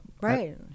right